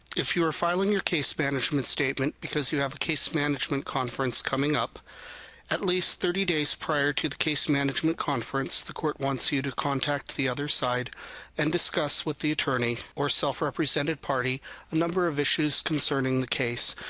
if you are filing your case management statement because you have a case management conference coming, up at least thirty days prior to the case management conference, the court wants you to contact the other side and discuss with the attorney or self-represented party a number of issues concerning the case,